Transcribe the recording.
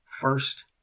first